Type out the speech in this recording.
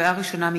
לקריאה ראשונה,